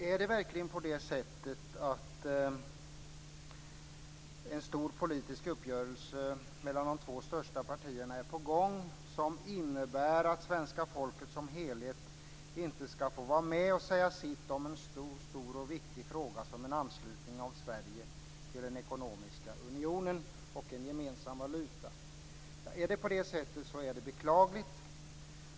Är det verkligen på det sättet att en stor politisk uppgörelse mellan de två största partierna är på gång som innebär att svenska folket som helhet inte ska få vara med och säga sitt om en så stor och viktig fråga som en anslutning av Sverige till den ekonomiska unionen och en gemensam valuta? Är det på det sättet är det beklagligt.